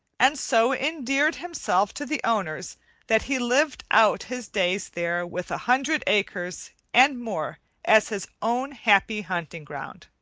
and so endeared himself to the owners that he lived out his days there with a hundred acres and more as his own happy hunting-ground.